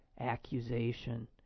accusation